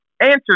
Answer